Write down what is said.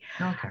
okay